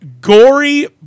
gory